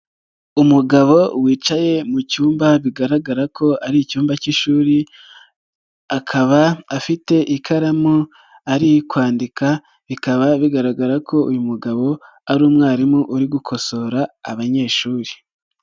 Umugabo wicaye mu cyumba bigaragara ko ari icyumba k'ishuri akaba afite ikaramu ari kwandika bikaba bigaragara ko uyu mugabo ari umwarimu uri gukosora abanyeshuri.